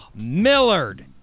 Millard